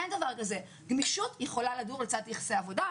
אין דבר כזה, גמישות יכולה לדור לצד יחסי עבודה.